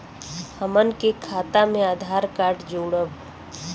हमन के खाता मे आधार कार्ड जोड़ब?